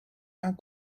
not